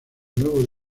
nuevo